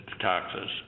taxes